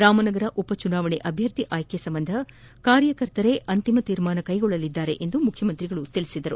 ರಾಮನಗರ ಉಪ ಚುನಾವಣೆ ಅಭ್ಯರ್ಥಿ ಆಯ್ಕೆ ಸಂಬಂಧ ಕಾರ್ಯಕರ್ತರೆ ಅಂತಿಮ ತೀರ್ಮಾನ ಕೈಗೊಳ್ಳಲಿದ್ದಾರೆ ಎಂದು ಕುಮಾರಸ್ವಾಮಿ ಹೇಳಿದರು